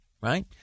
right